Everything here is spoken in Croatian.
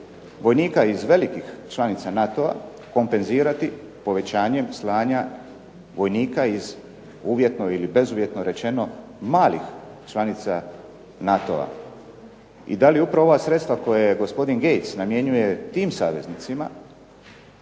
vojnika iz velikih članica NATO-a kompenzirati povećanjem slanja vojnika iz uvjetno ili bezuvjetno rečeno malih članica NATO-a i da li upravo ova sredstva koja gospodin Gates namjenjuje tim saveznicima